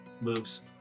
moves